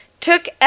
took